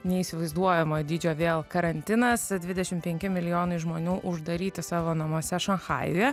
neįsivaizduojamo dydžio vėl karantinas dvidešim penki milijonai žmonių uždaryti savo namuose šanchajuje